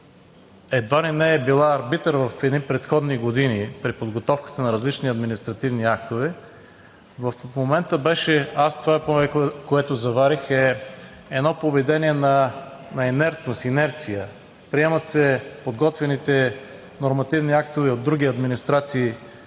едва ли не е била арбитър в едни предходни години при подготовката на различни административни актове, това, което заварих, е едно поведение на инертност, инерция. Приемат се подготвените нормативни актове от други администрации